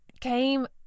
came